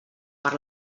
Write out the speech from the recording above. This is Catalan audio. per